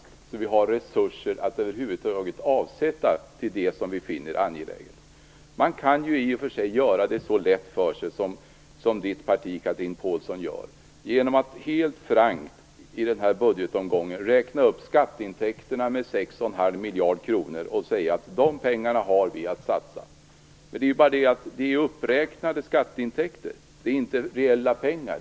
Vi måste ha resurser att avsätta till det som vi finner angeläget. I och för sig kan man göra det så lätt för sig som Chatrine Pålssons eget parti gör genom att helt frankt, som man gör i den här budgetomgången, räkna upp skatteintäkterna med 6,5 miljarder kronor och säga att de pengarna har vi att satsa. Men det är ju uppräknade skatteintäkter, inte reella pengar.